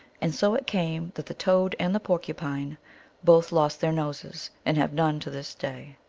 and so it came that the toad and the porcupine both lost their noses and have none to this day.